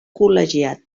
col·legiat